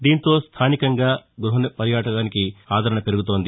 దీనితో స్థానికంగా గృహ పర్యాటకానికి ఆదరణ పెరుగుతోంది